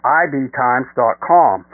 IBTimes.com